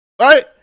Right